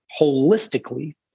holistically